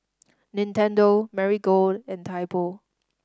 Nintendo Marigold and Typo